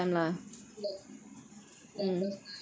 ya ya first time